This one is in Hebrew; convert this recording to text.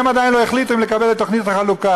והם עדיין לא החליטו אם לקבל את תוכנית החלוקה.